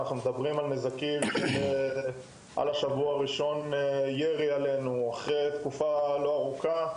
נזקים בסדר גודל של ירי לעברנו בשבוע הראשון,